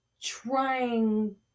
trying